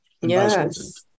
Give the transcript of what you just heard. Yes